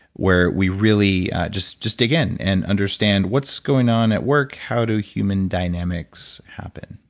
where we really just just dig in and understand, what's going on at work? how do human dynamics happen?